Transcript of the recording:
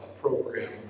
program